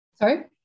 Sorry